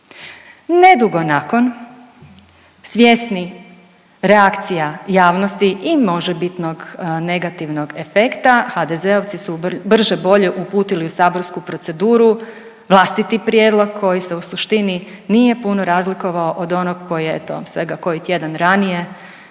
Nedugo nakon svjesni reakcija javnosti i možebitnog negativnog efekta HDZ-ovci su brže bolje uputili u saborsku proceduru vlastiti prijedlog koji se u suštini nije puno razlikovao od onog koji je eto svega koji tjedan ranije